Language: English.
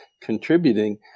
contributing